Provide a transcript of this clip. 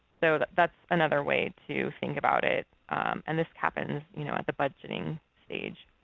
so that's another way to think about it and this happens you know at the budgeting stage.